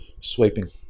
sweeping